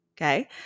okay